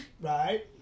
Right